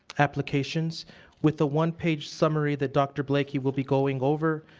applications with a one page summary that dr. blakey will be going over,